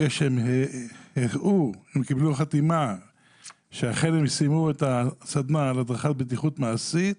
ברגע שהם קיבלו חתימה שאכן הם סיימו את הסדנה על הדרכת בטיחות מעשית,